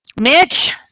Mitch